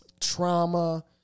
trauma